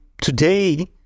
today